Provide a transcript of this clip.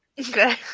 Okay